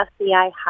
FBI